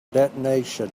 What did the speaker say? detonation